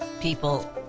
people